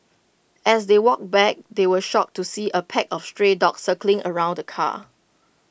as they walked back they were shocked to see A pack of stray dogs circling around the car